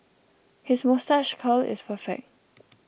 his moustache curl is perfect